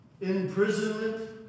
Imprisonment